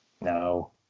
No